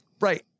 Right